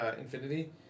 Infinity